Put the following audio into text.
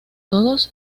todos